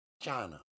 China